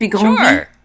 Sure